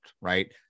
right